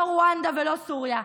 לא רואנדה ולא סוריה.